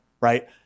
Right